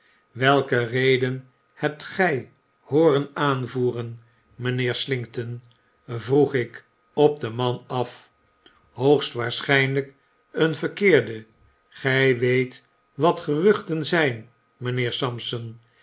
welke reden hebt gij hooren aanvoeren mijnheer slinkton vroeg ik op den man af hoogst waarschijnlyk een verkeerde gy weet wat geruchten zyn mynheer sampson